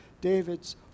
David's